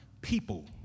people